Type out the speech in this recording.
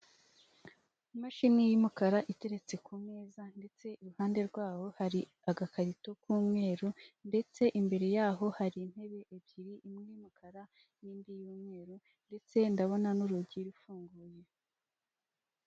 Imashini y'umukara iteretse ku meza ndetse iruhande rwawo hari agakarito k'umweru, ndetse imbere yaho hari intebe ebyiri iy'umukara n'indi y'umweru, ndetse ndabona n'urugi rufunguye.